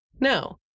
no